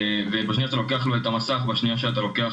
בשנייה שאתה לוקח לו את המסך או בשנייה שאתה לוקח